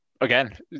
again